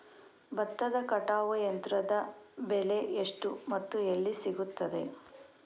ಭತ್ತದ ಕಟಾವು ಯಂತ್ರದ ಬೆಲೆ ಎಷ್ಟು ಮತ್ತು ಎಲ್ಲಿ ಸಿಗುತ್ತದೆ?